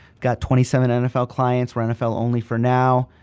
got twenty seven nfl clients, we're nfl only for now.